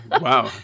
Wow